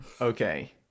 Okay